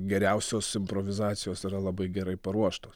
geriausios improvizacijos yra labai gerai paruoštos